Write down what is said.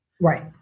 Right